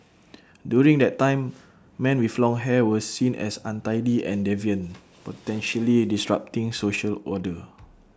during that time men with long hair were seen as untidy and deviant potentially disrupting social order